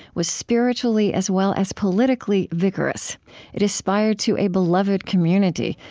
was spiritually as well as politically vigorous it aspired to a beloved community,